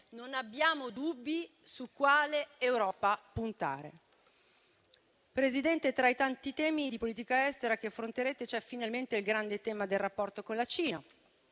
non abbiamo dubbi su quale Europa puntare. Presidente, tra i tanti temi di politica estera che affronterete c'è, finalmente, il grande tema del rapporto con la Cina: